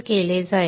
केले जातील